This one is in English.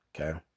Okay